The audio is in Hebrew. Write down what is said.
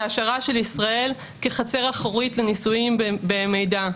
זה השארה של ישראל כחצר אחורית לניסויים במידע,